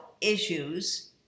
issues